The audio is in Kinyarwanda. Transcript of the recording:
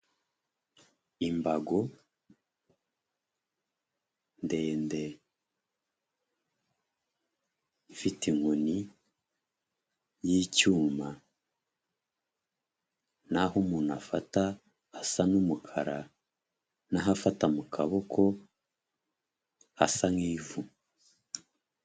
Imbago ndende ifite inkoni y'icyuma n'aho umuntu afata hasa n'umukara n'ahafata mu kaboko hasa nk'ivu.